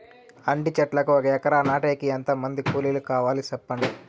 అంటి చెట్లు ఒక ఎకరా నాటేకి ఎంత మంది కూలీలు కావాలి? సెప్పండి?